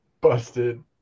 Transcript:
busted